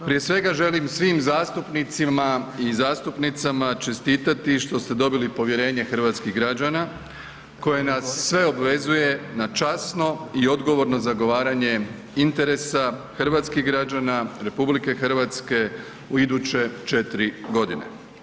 Prije svega želim svim zastupnicima i zastupnicama čestitati što ste dobili povjerenje hrvatskih građana, koje nas sve obvezuje na časno i odgovorno zagovaranje interesa hrvatskih građana RH u iduće 4 godine.